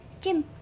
Jim